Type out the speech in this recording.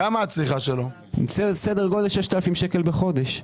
הצריכה שלו היא סדר גודל של 6,000 שקל בחודש,